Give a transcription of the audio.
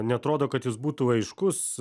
neatrodo kad jis būtų aiškus